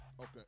Okay